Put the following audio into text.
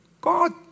God